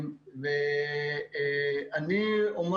אני אומר